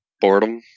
Boredom